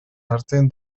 ардын